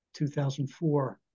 2004